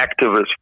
activist